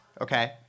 Okay